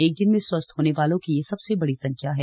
एक दिन में स्वस्थ होने वालों की यह सबसे बडी संख्या है